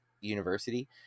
University